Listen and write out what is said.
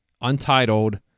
untitled